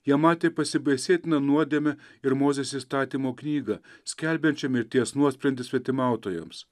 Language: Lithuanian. jie matė pasibaisėtiną nuodėmę ir mozės įstatymo knygą skelbiančią mirties nuosprendį svetimautojams